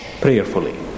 prayerfully